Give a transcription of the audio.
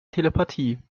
telepathie